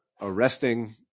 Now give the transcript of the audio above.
arresting